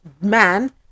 man